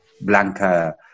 Blanca